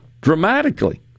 dramatically